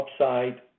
upside